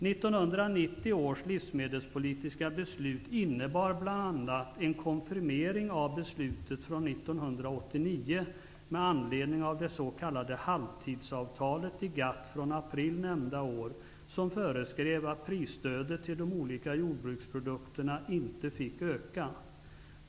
1990 års livsmedelspolitiska beslut innebar bl.a. en konfirmering av beslutet från 1989 med anledning av det s.k. halvtidsavtalet i GATT från april nämnda år, som föreskrev att prisstödet till de olika jordbruksprodukterna inte fick öka.